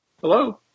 hello